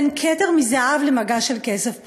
בין כתר מזהב למגש של כסף פשוט.